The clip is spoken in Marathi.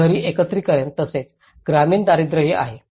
शहरी एकत्रिकरण तसेच ग्रामीण दारिद्र्यही आहे